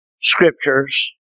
scriptures